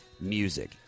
music